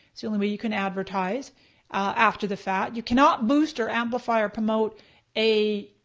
it's the only way you can advertise after the fact. you cannot boost or amplify or promote a